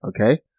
okay